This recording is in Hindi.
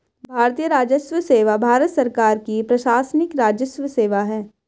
भारतीय राजस्व सेवा भारत सरकार की प्रशासनिक राजस्व सेवा है